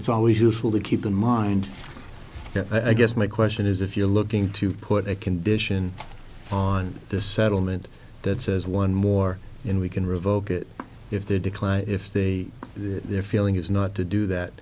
's always useful to keep in mind that i guess my question is if you're looking to put a condition on this settlement that says one more in we can revoke it if they decline if they their feeling is not to do that